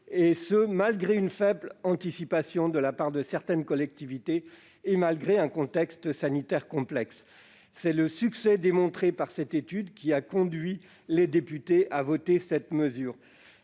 succès, malgré une faible anticipation de la part de certaines collectivités et en dépit d'un contexte sanitaire complexe. C'est le succès démontré par cette étude qui a conduit les députés à adopter cette mesure.